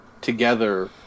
together